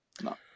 No